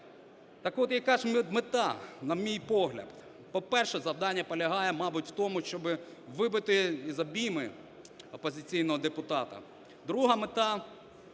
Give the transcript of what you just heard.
Так-от яка ж мета, на мій погляд? По-перше, завдання полягає, мабуть, в тому, щоби вибити з обойми опозиційного депутата. Друга мета –